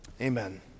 Amen